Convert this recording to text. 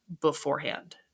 beforehand